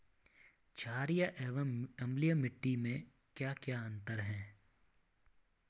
छारीय एवं अम्लीय मिट्टी में क्या क्या अंतर हैं?